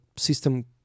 system